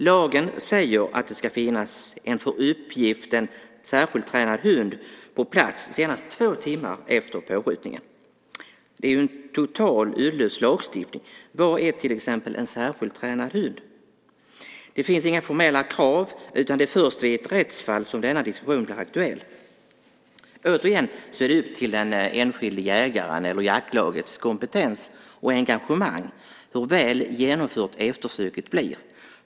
Lagen säger att det ska finnas en för uppgiften särskilt tränad hund på plats senast två timmar efter påskjutningen. Det är en totalt uddlös lagstiftning. Vad är till exempel en särskilt tränad hund. Det finns inga formella krav, utan det är först vid ett rättsfall som denna diskussion blir aktuell. Det är återigen upp till den enskilda jägarens eller jaktlagets kompetens och engagemang hur väl genomfört eftersöket blir.